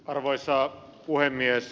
arvoisa puhemies